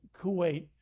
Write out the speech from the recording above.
Kuwait